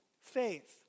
faith